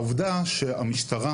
העובדה שהמשטרה,